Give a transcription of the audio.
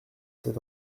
cet